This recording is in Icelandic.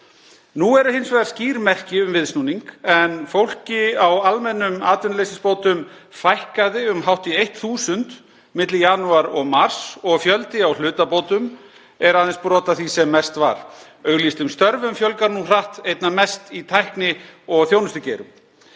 Nú eru hins vegar skýr merki um viðsnúning, en fólki á almennum atvinnuleysisbótum fækkaði um hátt í 1.000 milli janúar og mars og fjöldi á hlutabótum er aðeins brot af því sem mest var. Auglýstum störfum fjölgar nú hratt, einna mest í tækni- og þjónustugeirum.